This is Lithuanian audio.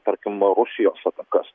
tarkim rusijos atakas